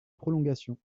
prolongation